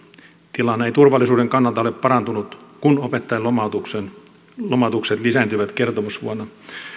tilanne ei turvallisuuden kannalta ole parantunut kun opettajien lomautukset lomautukset lisääntyivät kertomusvuonna